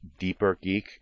deepergeek